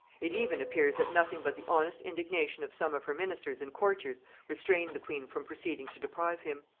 it even appears that nothing but the honest indignation of some of her ministers and courtiers restrained the queen from proceeding to deprive him.